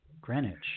Greenwich